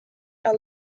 are